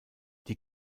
die